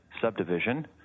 subdivision